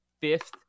fifth